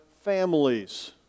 families